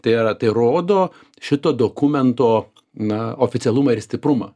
tai yra tai rodo šito dokumento na oficialumą ir stiprumą